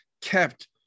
kept